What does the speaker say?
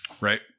right